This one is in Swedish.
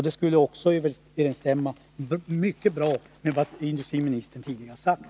Det skulle också överensstämma mycket bra med vad industriministern tidigare har sagt.